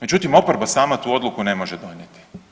Međutim, oporba sama tu odluku ne može donijeti.